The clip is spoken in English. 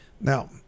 Now